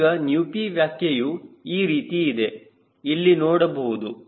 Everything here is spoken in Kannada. ಈಗ ηp ವ್ಯಾಖ್ಯೆಯು ಈ ರೀತಿ ಇದೆ ಇಲ್ಲಿ ನೋಡಬಹುದು